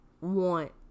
want